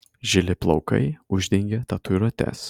žili plaukai uždengė tatuiruotes